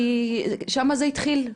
כי שם זה התחיל,